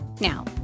Now